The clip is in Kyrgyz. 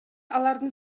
алардын